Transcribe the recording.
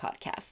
podcast